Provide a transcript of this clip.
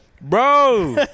Bro